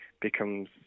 becomes